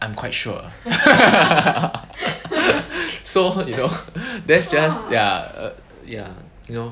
I'm quite sure so you know that's just ya ya you know